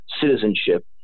citizenship